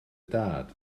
dad